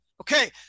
Okay